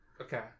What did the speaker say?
Okay